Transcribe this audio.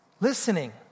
Listening